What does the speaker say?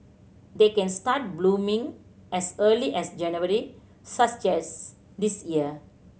they can start blooming as early as January such this year